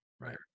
right